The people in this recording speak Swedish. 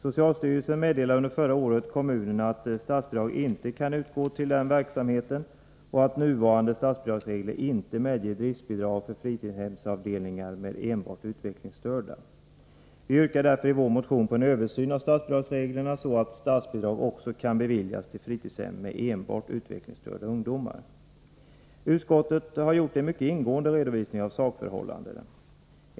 Socialstyrelsen meddelade under förra året kommunen att statsbidrag inte kan utgå till den verksamheten och att nuvarande statsbidragsregler inte medger driftbidrag för fritidshemsavdelningar med enbart utvecklingsstörda. Vi yrkar därför i vår motion på en översyn av statsbidragsreglerna, så att statsbidrag också kan beviljas till fritidshem med enbart utvecklingsstörda ungdomar. Utskottet har gjort en mycket ingående redovisning av sakförhållandena.